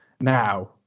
now